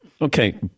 Okay